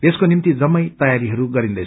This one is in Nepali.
यसको निम्ति जम्मै तयारीहरू गरिन्दै